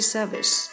Service